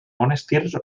monestirs